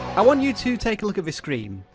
i want you to take a look at this screen.